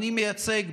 אני מייצג,